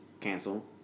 cancel